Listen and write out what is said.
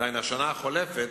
דהיינו בשנה החולפת,